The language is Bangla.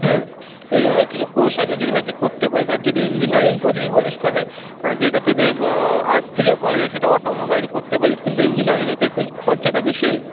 হুম এইভাবেই কিছু কোর্স আছে যেগুলো তুই করতে পারিস আর যদি ইঞ্জিনিয়ারিং করবি বলিস তাহলে যেটা তোদের আর্টস থেকেও করা যায় সেটা অটোমোবাইল করতে পারিস কিন্তু ইঞ্জিনিয়ারিংয়ে তো একটু খরচাটা বেশি